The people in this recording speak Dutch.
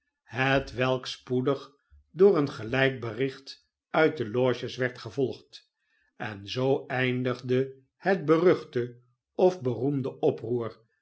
hetwelk spoedig door een gelijk bericht uit de loges werd gevolgd en zoo eindigde het beruchte of beroemde oproer